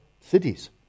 cities